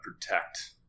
protect